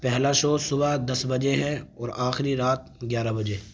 پہلا شو صبح دس بجے ہے اور آخری رات گیارہ بجے